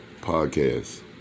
podcast